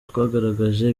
twagaragaje